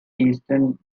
eastern